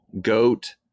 goat